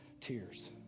tears